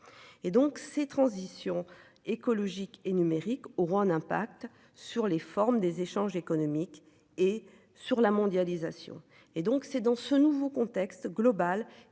et donc c'est transition écologique et numérique au Juan impact sur les formes des échanges économiques et sur la mondialisation et donc c'est dans ce nouveau contexte global